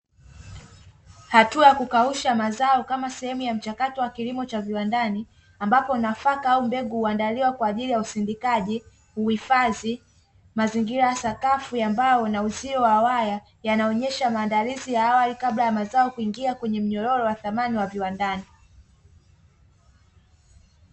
Hatua ya kukausha mazao kama sehemu ya mchakato wa kilimo cha viwandani ambapo nafaka au mbegu uandaliwa kwaajili ya usindikizaji, uhifadhi mazingira ya sakafu ambayo unauzio wa waya yanaonesha maandalizi ya awali kabla ya mazao kuingia kwenye mnyororo wa thamani ya viwandani.